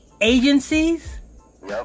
agencies